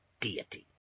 deity